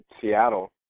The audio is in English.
seattle